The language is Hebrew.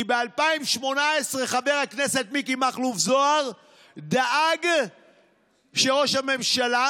כי ב-2018 חבר הכנסת מיקי מכלוף זוהר דאג שראש הממשלה